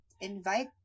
invite